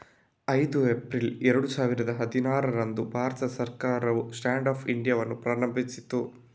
ಐದು ಏಪ್ರಿಲ್ ಎರಡು ಸಾವಿರದ ಹದಿನಾರರಂದು ಭಾರತ ಸರ್ಕಾರವು ಸ್ಟ್ಯಾಂಡ್ ಅಪ್ ಇಂಡಿಯಾವನ್ನು ಪ್ರಾರಂಭಿಸಿತು